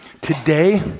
Today